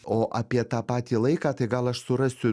o apie tą patį laiką tai gal aš surasiu